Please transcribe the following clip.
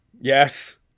Yes